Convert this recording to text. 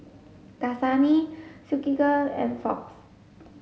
Dasani Silkygirl and Fox